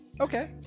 Okay